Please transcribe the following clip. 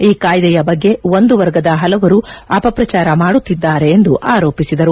ಈ ಕಾಯ್ಲೆಯ ಬಗ್ಗೆ ಒಂದು ವರ್ಗದ ಹಲವರು ಅಪಪ್ರಚಾರ ಮಾಡುತ್ತಿದ್ದಾರೆ ಎಂದು ಆರೋಪಿಸಿದರು